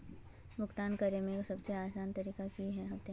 भुगतान करे में सबसे आसान तरीका की होते?